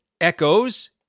echoes